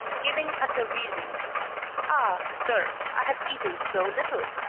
giving as a reason ah, sir, i have eaten so little!